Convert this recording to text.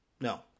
No